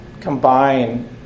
combine